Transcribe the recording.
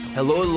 Hello